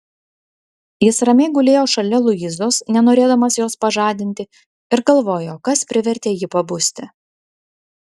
jis ramiai gulėjo šalia luizos nenorėdamas jos pažadinti ir galvojo kas privertė jį pabusti